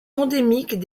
endémique